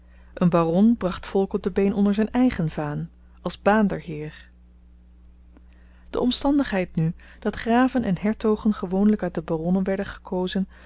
een baron bracht volk op de been onder zyn eigen vaan als baanderheer de omstandigheid nu dat graven en hertogen gewoonlyk uit de baronnen werden gekozen